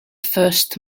first